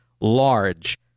large